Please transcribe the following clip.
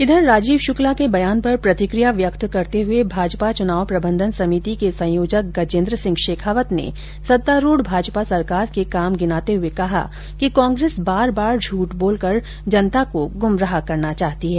उधर राजीव शुक्ला के बयान पर प्रतिक्रिया व्यक्त करते हुए भाजपा चुनाव प्रबंधन समिति के संयोजक गजेन्द्र सिंह शेखावत ने सत्तारूढ भाजपा सरकार के काम गिनाते हुए कहा कि कांग्रेस बार बार झूठ बोलकर जनता को गुमराह करना चाहती है